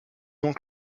donc